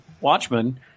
Watchmen